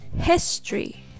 History